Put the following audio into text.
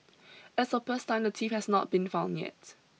as of press time the thief has not been found yet